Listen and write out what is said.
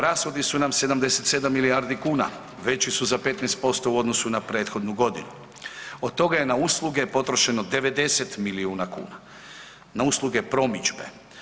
Rashodi su nam 77 milijardi kuna, veći su za 15% u odnosu na prethodnu godinu, od toga je na usluge potrošeno 90 milijuna kuna, na usluge promidžbe.